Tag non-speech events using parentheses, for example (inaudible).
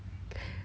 (breath)